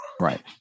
right